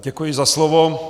Děkuji za slovo.